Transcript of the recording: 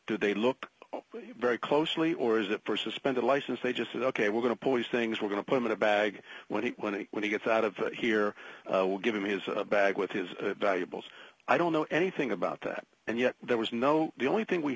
do they look very closely or is it for suspended license they just said ok we're going to police things we're going to put him in a bag when he went and when he gets out of here we'll give him is a bag with his valuables i don't know anything about that and yet there was no the only thing we